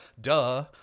duh